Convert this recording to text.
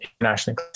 internationally